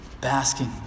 basking